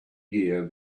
year